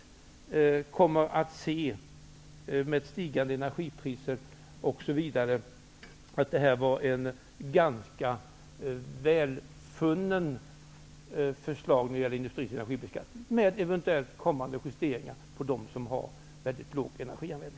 Jag tror att vi på sikt, med stigande energipriser osv., kommer att finna att detta var ett ganska välfunnet förslag när det gäller industrisidan och energibeskattningen, med eventuellt kommande justeringar för dem som har mycket låg energianvändning.